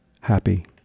happy